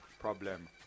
problem